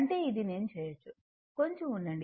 అంటే ఇది నేను చేయొచ్చు కొంచెం ఉండండి